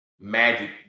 magic